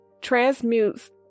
transmutes